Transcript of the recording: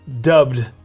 dubbed